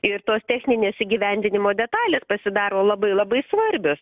ir tos techninės įgyvendinimo detalės pasidaro labai labai svarbios